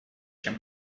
чем